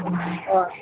অঁ